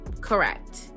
Correct